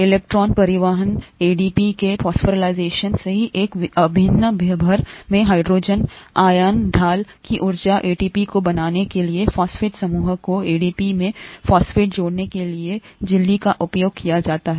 electron परिवहन ADP के phosphorylation सही एक अभिन्न भर में हाइड्रोजन आयन ढाल की ऊर्जा एटीपी को बनाने के लिए फॉस्फेट समूह को एडीपी में फॉस्फेट जोड़ने के लिए झिल्ली का उपयोग किया जाता है